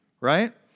right